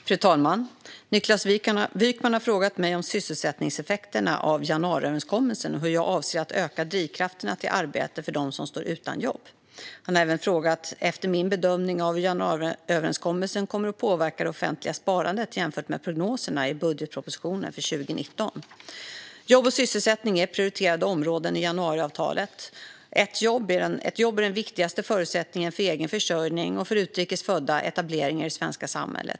Fru talman! Niklas Wykman har frågat mig om sysselsättningseffekterna av januariöverenskommelsen och hur jag avser att öka drivkrafterna till arbete för dem som står utan jobb. Han har även frågat efter min bedömning av hur januariöverenskommelsen kommer att påverka det offentliga sparandet jämfört med prognoserna i budgetpropositionen för 2019. Jobb och sysselsättning är prioriterade områden i januariavtalet. Ett jobb är den viktigaste förutsättningen för egen försörjning och, för utrikes födda, etablering i det svenska samhället.